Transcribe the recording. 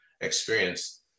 experience